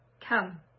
Come